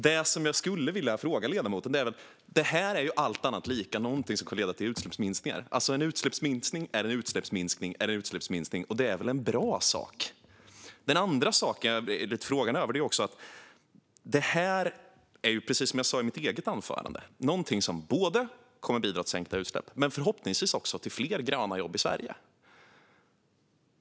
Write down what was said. Det här är ju, allt annat lika, någonting som kommer att leda till utsläppsminskningar. Alltså en utsläppsminskning är en utsläppsminskning, och det är väl en bra sak? Det är annan sak som jag blev lite frågande över. Precis som jag sa i mitt eget anförande är det här någonting som kommer att bidra till sänkta utsläpp men förhoppningsvis också till fler gröna jobb i Sverige.